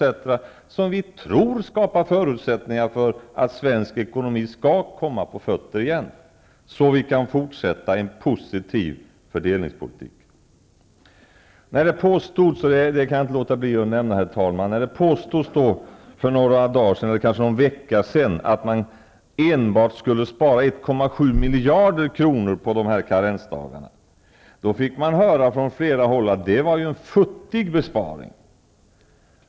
som vi tror skapar förutsättningar för att svensk ekonomi kan komma på fötter igen, så att vi kan fortsätta en positiv fördelningspolitik. När det påstods -- det kan jag, herr talman, inte låta bli att nämna -- för några dagar eller kanske för någon vecka sedan att man enbart skulle spara 1,7 miljarder kronor på karensdagarna, hördes det från flera håll kommentarer om att det var en futtig besparing.